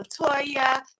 Latoya